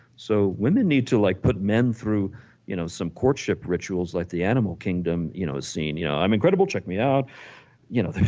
so women need to like put men through you know some courtship rituals like the animal kingdom, you know saying you know i'm incredible, check me out you know